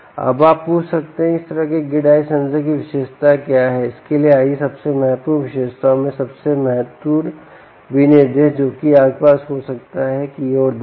अब आप पूछ सकते हैं कि इस तरह के ग्रिड आई सेंसर की विशिष्टता क्या है इसके लिए आइए सबसे महत्वपूर्ण विशिष्टताओं में से सबसे महत्वपूर्ण विनिर्देश जो आपके पास हो सकते हैं की ओर देखें